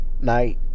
night